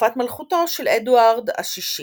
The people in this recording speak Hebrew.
בתקופת מלכותו של אדוארד השישי.